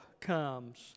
comes